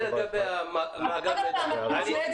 זה לגבי מאגר המידע.